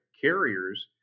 carriers